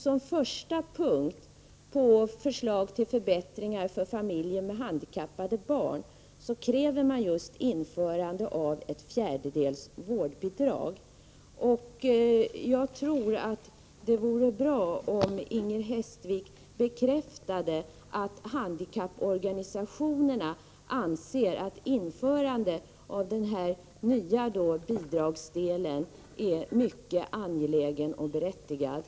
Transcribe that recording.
Som första punkt på förslaget till förbättringar för familjer med handikappade barn kräver man just införande av ett fjärdedels vårdbidrag. Det vore bra om Inger Hestvik bekräftade att handikapporganisationerna anser att införandet av den nya bidragsdelen är mycket angeläget och berättigat.